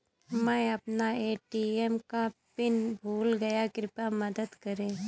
मै अपना ए.टी.एम का पिन भूल गया कृपया मदद करें